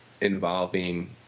involving